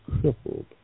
crippled